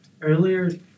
Earlier